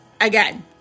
again